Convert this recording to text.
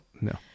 No